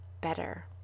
better